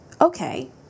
Okay